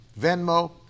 Venmo